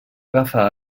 agafar